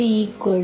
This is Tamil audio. dx dy0